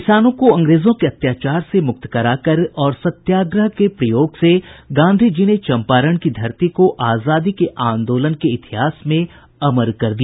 किसानों को अंग्रेजों के अत्याचार से मुक्त कराकर और सत्याग्रह के प्रयोग से गांधी जी ने चंपारण की धरती को आजादी के आदोलन के इतिहास में अमर कर दिया